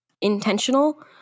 intentional